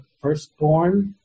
firstborn